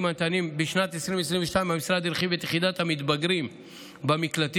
הניתנים: בשנת 2022 המשרד הרחיב את יחידת המתבגרים במקלטים,